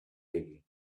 digging